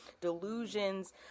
delusions